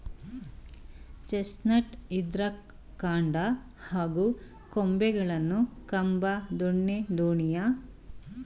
chestnut ಇದ್ರ ಕಾಂಡ ಹಾಗೂ ಕೊಂಬೆಗಳನ್ನು ಕಂಬ ದೊಣ್ಣೆ ದೋಣಿಯ ಹುಟ್ಟು ಮಾಡಲು ಉಪಯೋಗಿಸ್ತಾರೆ